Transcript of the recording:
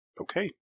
Okay